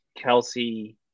Kelsey